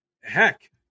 heck